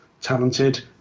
talented